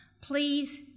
please